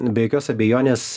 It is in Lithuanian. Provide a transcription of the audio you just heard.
be jokios abejonės